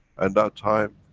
and that time,